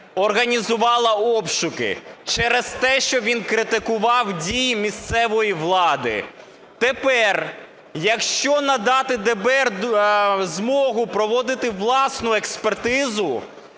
організувало обшуки через те, що він критикував дії місцевої влади. Тепер, якщо надати ДБР змогу проводити власну експертизу,